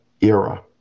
era